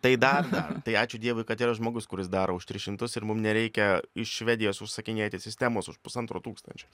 tai dar dar tai ačiū dievui kad yra žmogus kuris daro už tris šimtus ir mum nereikia iš švedijos užsakinėti sistemos už pusantro tūkstančio